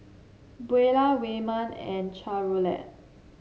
Buelah Wayman and Charolette